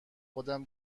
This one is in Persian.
خودم